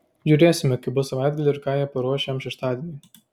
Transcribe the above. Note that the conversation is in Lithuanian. žiūrėsime kaip bus savaitgalį ir ką jie paruoš šiam šeštadieniui